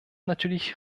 natürlich